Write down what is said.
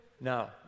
Now